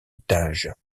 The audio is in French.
étage